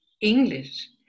english